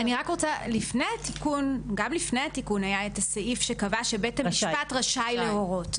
גם לפני התיקון היה סעיף שקבע שבית המשפט רשאי להורות.